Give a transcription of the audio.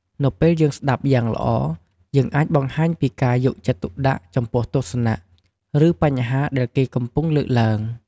នៅពេលយើងស្តាប់យ៉ាងល្អ យើងអាចបង្ហាញការពីយកចិត្តទុកដាក់ចំពោះទស្សនៈ ឬបញ្ហាដែលគេកំពុងលើកឡើង។